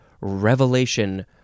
revelation